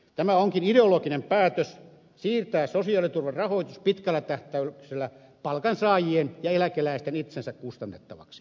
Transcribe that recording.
tämä onkin ideologinen päätös siirtää sosiaaliturvan rahoitus pitkällä tähtäyksellä palkansaajien ja eläkeläisten itsensä kustannettavaksi